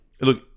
Look